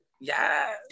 Yes